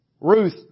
Ruth